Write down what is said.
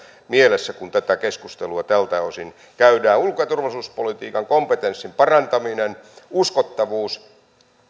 mielessä kun tätä keskustelua tältä osin käydään ulko ja turvallisuuspolitiikan kompetenssin parantaminen uskottavuus